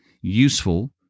useful